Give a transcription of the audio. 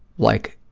like,